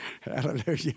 Hallelujah